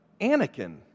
Anakin